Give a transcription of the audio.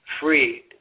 free